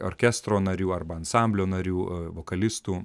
orkestro narių arba ansamblio narių vokalistų